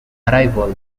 arrival